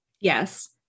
Yes